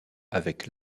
avec